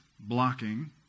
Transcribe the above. blocking